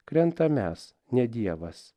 krentam mes ne dievas